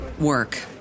work